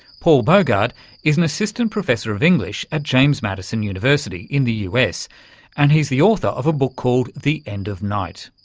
paul bogard is an assistant professor of english at james madison university in the us and he's the author of a book called the end of night.